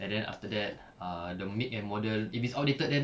and then after that uh the make and model if it's outdated then